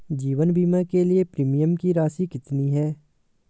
जीवन बीमा के लिए प्रीमियम की राशि कितनी है?